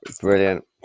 Brilliant